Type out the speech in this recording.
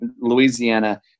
Louisiana